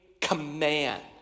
command